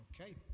Okay